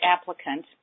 applicant